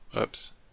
Oops